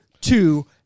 two